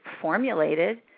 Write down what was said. formulated